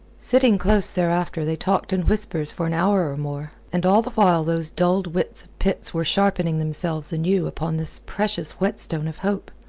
sitting close thereafter they talked in whispers for an hour or more, and all the while those dulled wits of pitt's were sharpening themselves anew upon this precious whetstone of hope.